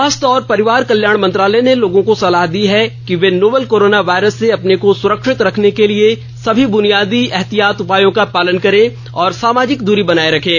स्वास्थ्य और परिवार कल्याण मंत्रालय ने लोगों को सलाह दी है कि वे नोवल कोरोना वायरस से अपने को सुरक्षित रखने के लिए सभी ब्रेनियादी एहतियाती उपायों का पालन करें और सामाजिक दूरी बनाए रखें